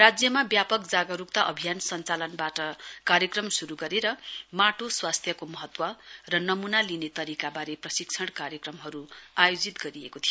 राज्यमा ब्यापक जागरूकता अभियान संचालनबाट कार्यक्रम शुरू गरेर माटो स्वास्थ्यको महत्व र नमूना लिने तरीकाबारे प्रशिक्षण कार्यक्रमहरू आयोजित गरिएको थियो